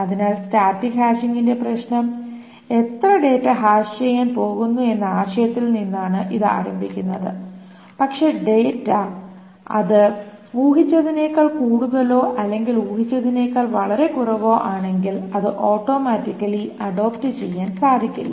അതിനാൽ സ്റ്റാറ്റിക് ഹാഷിംഗിന്റെ പ്രശ്നം എത്ര ഡാറ്റ ഹാഷ് ചെയ്യാൻ പോകുന്നു എന്ന ആശയത്തിൽ നിന്നാണ് ഇത് ആരംഭിക്കുന്നത് പക്ഷേ ഡാറ്റ അത് ഊഹിച്ചതിനേക്കാൾ കൂടുതലോ അല്ലെങ്കിൽ ഊഹിച്ചതിനേക്കാൾ വളരെ കുറവോ ആണെങ്കിൽ അത് ഓട്ടോമാറ്റിക്കലി അഡോപ്റ് ചെയ്യാൻ സാധിക്കില്ല